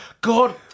God